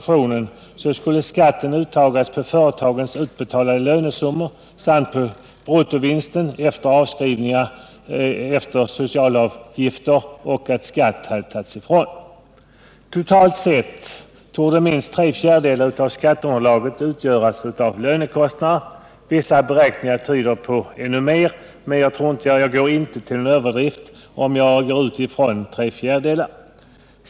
I den Totalt sett torde minst tre fjärdedelar av skatteunderlaget utgöras av lönekostnader. Vissa beräkningar tyder på ännu mer, och jag tror inte att jag gör mig skyldig till någon överdrift om jag utgår från tre fjärdedelar.